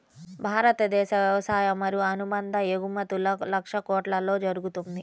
భారతదేశ వ్యవసాయ మరియు అనుబంధ ఎగుమతులు లక్షల కొట్లలో జరుగుతుంది